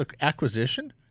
acquisition